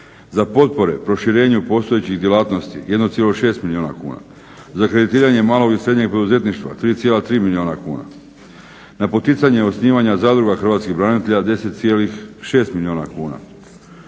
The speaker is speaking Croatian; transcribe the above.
za potpore proširenju postojećih djelatnosti 1,6 milijuna kuna, za kreditiranje malog i srednjeg poduzetništva 3,3 milijuna kuna, na poticanje osnivanja zadruga hrvatskih branitelja 10,6 milijuna kuna